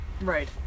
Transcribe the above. Right